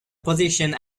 positions